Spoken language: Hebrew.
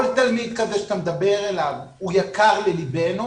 כל תלמיד כזה שאתה מדבר עליו הוא יקר ללבנו